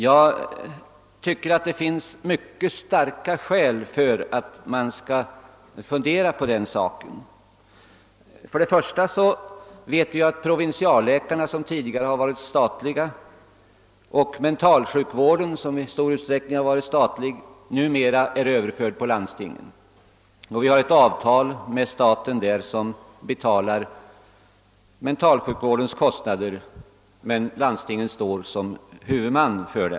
Jag tycker att det finns mycket starka skäl för att fundera på den saken. Provinsialläkarna och mentalsjukvården, som tidigare stod under statligt huvudmannaskap, är numera överförda på landstingen. Det finns ett avtal med staten vilket går ut på att staten betalar kostnaderna för mentalsjukvården, medan landstingen står som huvudman.